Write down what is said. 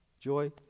Joy